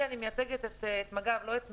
אני מייצגת את מג"ב, לא את מיכל.